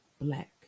black